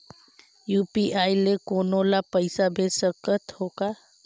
UPI ले कोनो ला पइसा भेज सकत हों का?